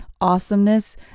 awesomeness